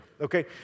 Okay